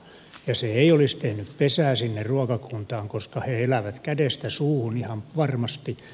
ja se ei olisi tehnyt pesää sinne ruokakuntaan koska he elävät kädestä suuhun ihan varmasti